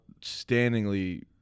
outstandingly